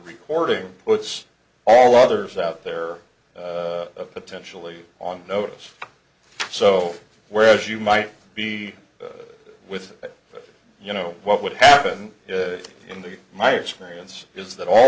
recording puts all others out there potentially on notice so whereas you might be with that you know what would happen in the my experience is that all